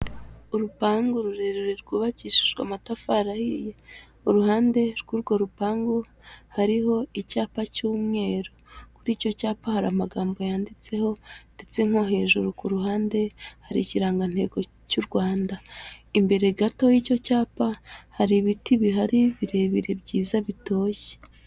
Urupangu rurerure rwubakishijwe amatafari ahiye, uruhande rw'urwo rupangu, hariho icyapa cy'umweru. Kuri icyo cyapa hari amagambo yanditseho ndetse nko hejuru ku ruhande hari ikirangantego cy'u Rwanda. Imbere gato y'icyo cyapa hari ibiti bihari birebire, byiza, bitoshye.